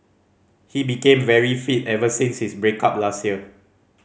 he became very fit ever since his break up last year